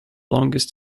longest